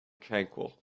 tranquil